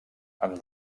amb